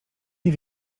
nie